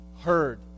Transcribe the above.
heard